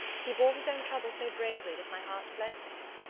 he bore his own trouble so bravely that my heart bled for him.